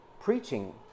preaching